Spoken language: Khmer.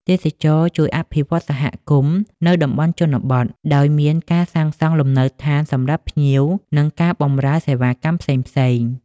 ទេសចរណ៍ជួយអភិវឌ្ឍសហគមន៍នៅតំបន់ជនបទ ដោយមានការសាងសង់លំនៅដ្ឋានសម្រាប់ភ្ញៀវ និងការបម្រើសេវាកម្មផ្សងៗ។